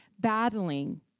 battling